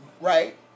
right